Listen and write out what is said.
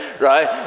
right